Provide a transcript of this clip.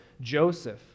Joseph